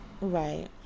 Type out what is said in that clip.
right